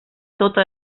tota